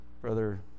Brother